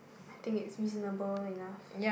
I think is reasonable enough